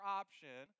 option